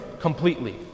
completely